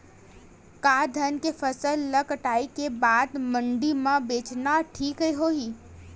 का धान के फसल ल कटाई के बाद मंडी म बेचना ठीक होही?